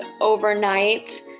overnight